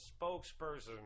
spokesperson